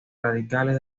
radicales